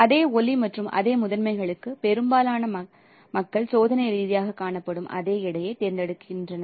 அதே ஒளி மற்றும் அதே முதன்மைகளுக்கு பெரும்பாலான மக்கள் சோதனை ரீதியாகக் காணப்படும் அதே எடைகளைத் தேர்ந்தெடுக்கின்றனர்